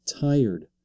tired